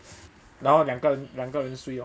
然后两个人两个人睡 lor